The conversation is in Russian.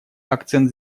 акцент